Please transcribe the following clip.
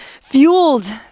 fueled